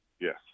Yes